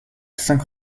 cinq